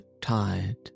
tired